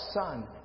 son